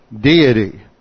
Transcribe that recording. deity